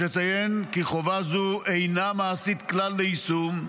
יש לציין כי חובה זו אינה מעשית כלל ליישום,